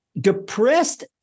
depressed